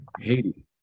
haiti